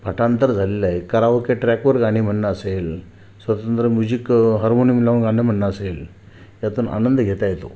पाठांतर झालेले आहे कराओके ट्रॅकवर गाणी म्हणणं असेल स्वतंत्र मुझिक हार्मोनियम लावून गाणं म्हणणं असेल यातून आनंद घेता येतो